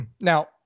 Now